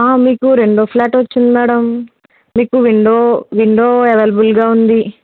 మీకు రెండో స్లాట్ వచ్చింది మేడం మీకు విండో విండో అవైలబుల్గా ఉంది